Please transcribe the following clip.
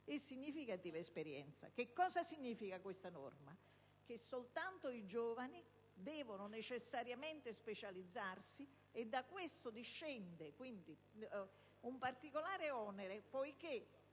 e significativa esperienza». Cosa significa questa norma? Che soltanto i giovani devono necessariamente specializzarsi. Da ciò discende quindi un particolare onere e